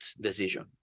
decision